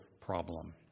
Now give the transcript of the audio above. problem